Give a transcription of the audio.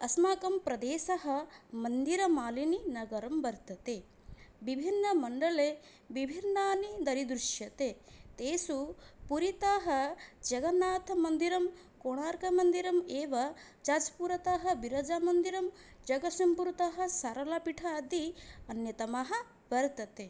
अस्माकं प्रदेशः मन्दिरमालिनी नगरं वर्तते विभिन्नमण्डले विभिन्नानि दरिदृश्यते तेषु पुरितः जगन्नाथमन्दिरं कोणार्कमन्दिरम् एव जास्पुरतः बिरजामन्दिरं जगस्यम्पुरतः सरलपीठम् आदि अन्यतमः वर्तते